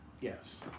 Yes